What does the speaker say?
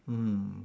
mm